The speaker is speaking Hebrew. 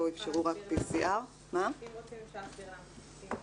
פה אפשרו רק PCR. אם רוצים אפשר להסביר למה.